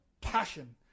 passion